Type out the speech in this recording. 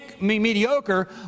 mediocre